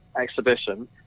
exhibition